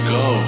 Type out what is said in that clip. go